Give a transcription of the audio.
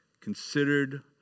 considered